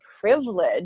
privilege